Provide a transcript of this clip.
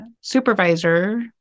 supervisor